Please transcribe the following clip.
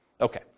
Okay